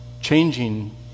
changing